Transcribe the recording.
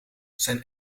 zijn